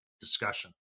discussion